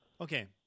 Okay